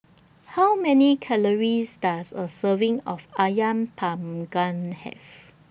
How Many Calories Does A Serving of Ayam Panggang Have